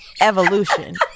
evolution